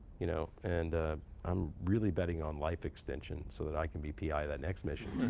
you know and i'm really betting on life extension so that i can bpi that next mission.